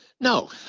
No